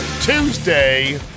Tuesday